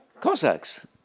Cossacks